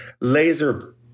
laser